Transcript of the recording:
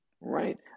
Right